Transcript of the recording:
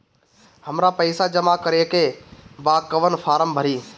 हमरा पइसा जमा करेके बा कवन फारम भरी?